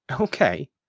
Okay